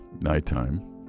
Nighttime